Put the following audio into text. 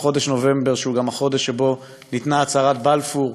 וחודש נובמבר הוא גם החודש שבו ניתנה הצהרת בלפור,